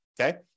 okay